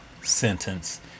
sentence